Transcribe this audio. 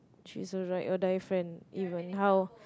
she's a ride or die friend even how